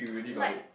like